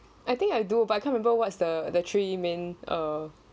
I think I do but I can't remember what's the the three men uh